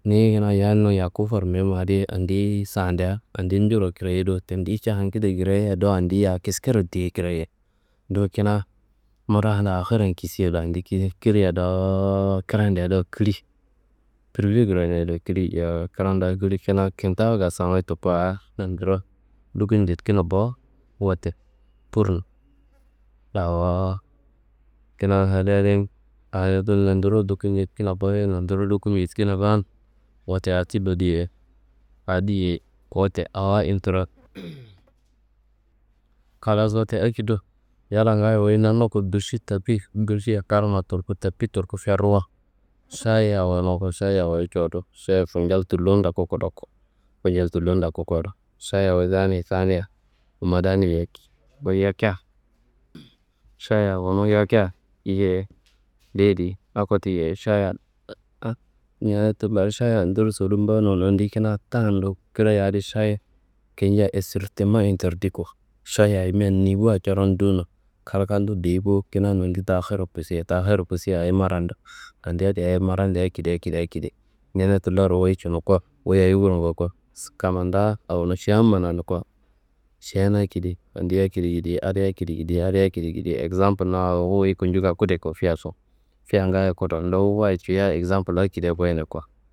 Niyi kina yannun yaku formema adi andiyi saandea andin cuwuro krayedo tendiyi ca awongede krayeia do, andiyi a kiske diyei krayei. Dowo kina mara la herre kisiyedo andiyi kiriya dowo, krandea do kili prive kraniaye do kili. Yowo krandea kili kina kintawu kasan wuyi tuku a nondiro duku cedikina bo. Wote pur awo kina kaliye adi a nondiro duku cedikina boye, nondiro duku cedikina ban, wote a tullo diye, a diyei, wote awo intero halas wote akedo yalla ngayo wuyi nannoko gusi tapi kurcea karka tulku tapi tulku ferrowo sayiye awonoko sayi awoyo codu, šayi kunjal tullon ndoku kudo ko. Kunjal tullo ndoku kowodo, sayia wu dani tawunia, wumma tania yaki, wuyi yakia, šayia awonu yakia yeyi ndeyedi ako ti yeyi šayia an ñene tullayi šayia andiro sodum ba no? Nondi kina tado kiraya adi šayi kinja striktema interdi ko. Šayiayi ayimia nivoa coron duno kalkallo deyi bo, kina nondi taa herro kusuyia taa herro kusuyia taa ayi maradando? Andi adi a maradundea akedi, akedi, akedi, ñene tulloro wuyi cinu ko, wuyi ayi gulko ko? Kammanda awono šean mananu ko šean akedi andiyi akedi gidiye, adeye akedi gidiye, adeye akedi gidiye, eksampul awonun wuyi kucuka kude ko feyeyáso, feyeyá ngaayo kudon nduwu wayi cia eksampul akedia goyine ko.